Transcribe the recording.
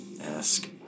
ask